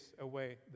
away